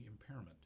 impairment